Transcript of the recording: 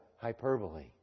hyperbole